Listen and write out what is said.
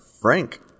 Frank